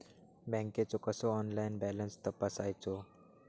बँकेचो कसो online balance तपासायचो?